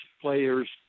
players